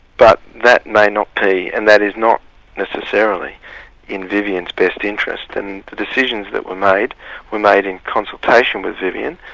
but that may not be, and that is not necessarily in vivian's best interest, and the decisions that were made were made in consultation with vivian,